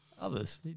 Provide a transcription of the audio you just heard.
Others